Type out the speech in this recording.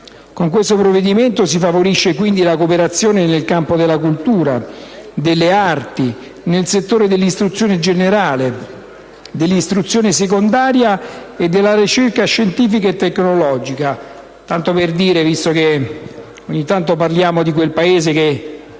Con questo provvedimento si favorisce quindi la cooperazione nel campo della cultura, delle arti e nei settori dell'istruzione generale, dell'istruzione secondaria e della ricerca scientifica e tecnologia. Visto che ogni tanto parliamo di quel Paese che